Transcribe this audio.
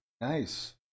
Nice